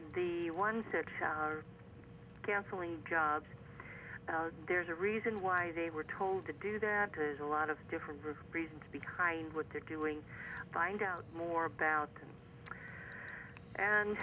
the ones that cancelling jobs there's a reason why they were told to do that is a lot of different reasons behind what they're doing find out more about and